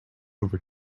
over